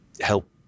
help